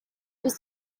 was